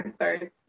sorry